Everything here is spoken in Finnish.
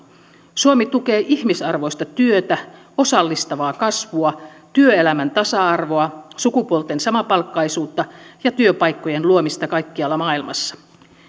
suomi tukee ihmisarvoista työtä osallistavaa kasvua työelämän tasa arvoa sukupuolten samapalkkaisuutta ja työpaikkojen luomista kaikkialla maailmassa